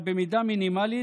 אבל במידה מינימלית,